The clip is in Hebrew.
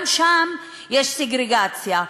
גם שם יש סגרגציה.